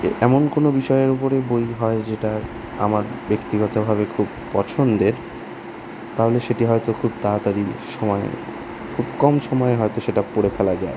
এ এমন কোনো বিষয়ের উপরে বই হয় যেটা আমার ব্যক্তিগতভাবে খুব পছন্দের তাহলে সেটি হয়তো খুব তাড়াতাড়ি সময় খুব কম সময় হয়তো সেটা পড়ে ফেলা যায়